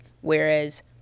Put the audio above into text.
whereas